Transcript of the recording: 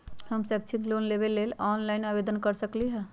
हम शैक्षिक लोन लेबे लेल ऑनलाइन आवेदन कैसे कर सकली ह?